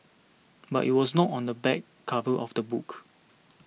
but it was not on the back cover of the book